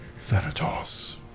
Thanatos